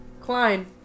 Klein